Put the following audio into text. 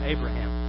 Abraham